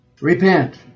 repent